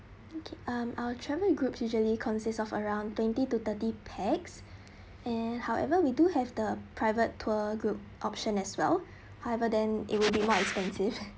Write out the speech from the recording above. okay um our travel groups usually consists of around twenty to thirty pax and however we do have the private tour group option as well however then it will be more expensive